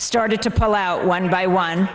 started to pull out one by one